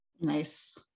Nice